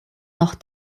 noch